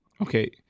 Okay